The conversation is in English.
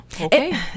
okay